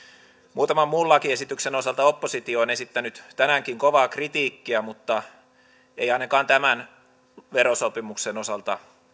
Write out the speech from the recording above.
muutaman muun lakiesityksen osalta oppositio on esittänyt tänäänkin kovaa kritiikkiä mutta ei ainakaan tämän verosopimuksen osalta